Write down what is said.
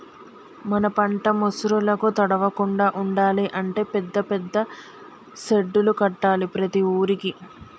మన పంట ముసురులకు తడవకుండా ఉండాలి అంటే పెద్ద పెద్ద సెడ్డులు కట్టాలి ప్రతి ఊరుకి